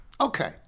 okay